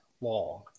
long